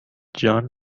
جان